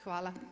Hvala.